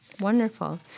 Wonderful